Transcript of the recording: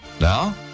now